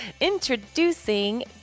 Introducing